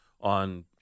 on